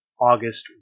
August